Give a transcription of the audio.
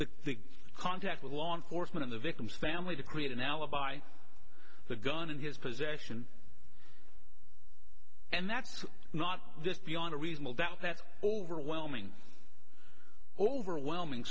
but the contact with law enforcement of the victim's family to create an alibi the gun in his possession and that's not this beyond a reasonable doubt that's all overwhelming overwhelming